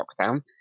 lockdown